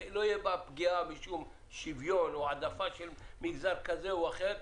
שלא יהיה בה פגיעה בשום שוויון או העדפה של מגזר כזה או אחר.